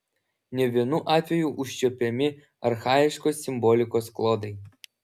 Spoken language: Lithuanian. ne vienu atveju užčiuopiami archaiškos simbolikos klodai